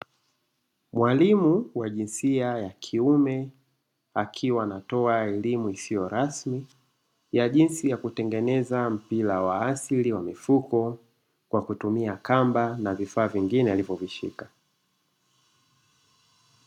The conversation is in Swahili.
Mwalimu wa jinsia ya kiume akiwa anatoa elimu isiyo rasmi ya jinsi ya kutengeneza mpira wa asili wa mifuko kwa kutumia kamba na vifaa vingine alivyovishika.